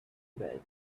bed